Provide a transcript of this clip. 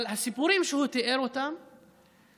אבל הסיפורים שהוא תיאר לא משתווים